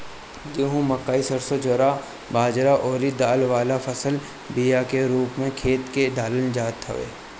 गेंहू, मकई, सरसों, ज्वार बजरा अउरी दाल वाला फसल बिया के रूप में खेते में डालल जात हवे